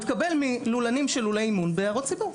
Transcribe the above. התקבל מלולנים של לולי אימון בהערות ציבור.